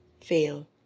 fail